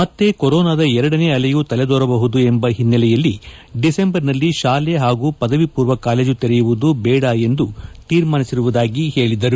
ಮತ್ತೆ ಕೊರೋನಾದ ಎರಡನೇ ಅಲೆಯೂ ತಲೆದೋರಬಹುದು ಎಂಬ ಹಿನ್ನೆಲೆಯಲ್ಲಿ ಡಿಸೆಂಬರ್ನಲ್ಲಿ ಶಾಲೆ ಹಾಗೂ ಪದವಿ ಪೂರ್ವ ಕಾಲೇಜು ತೆರೆಯುವುದು ಬೇಡ ಎಂದು ತೀರ್ಮಾನಿಸಿರುವುದಾಗಿ ಹೇಳಿದರು